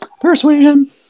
Persuasion